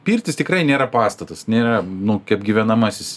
pirtis tikrai nėra pastatas nėra nu kaip gyvenamasis